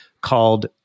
called